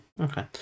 Okay